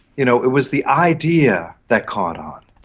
you know it was the idea that caught on.